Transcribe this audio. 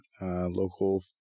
Local